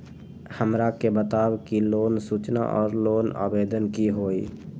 हमरा के बताव कि लोन सूचना और लोन आवेदन की होई?